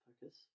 focus